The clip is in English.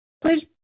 Please